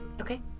Okay